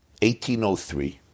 1803